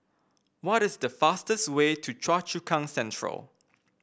what is the fastest way to Choa Chu Kang Central